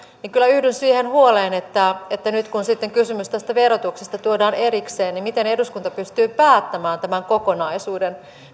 kyllä yhdyn siihen huoleen että että nyt kun sitten kysymys tästä verotuksesta tuodaan erikseen niin miten eduskunta pystyy päättämään tämän kokonaisuuden